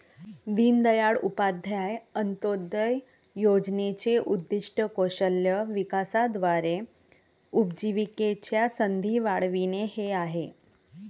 दीनदयाळ उपाध्याय अंत्योदय योजनेचे उद्दीष्ट कौशल्य विकासाद्वारे उपजीविकेच्या संधी वाढविणे हे आहे